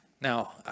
Now